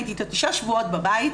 הייתי איתו תשעה שבועות בבית,